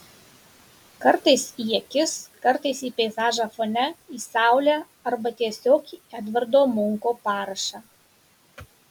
kartais į akis kartais į peizažą fone į saulę arba tiesiog į edvardo munko parašą